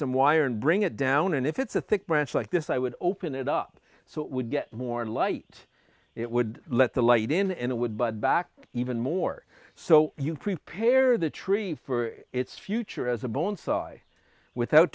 some wire and bring it down and if it's a thick branch like this i would open it up so it would get more light it would let the light in and it would but back even more so you prepare the tree for its future as a bone size without